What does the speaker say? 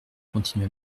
continua